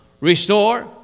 restore